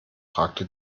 fragte